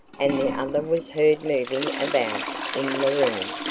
and the other was heard moving about in the room.